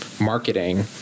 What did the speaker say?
marketing